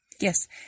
Yes